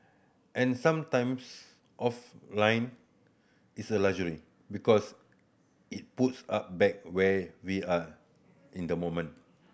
and some times offline is a luxury because it puts up back where we are in the moment